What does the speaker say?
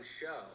show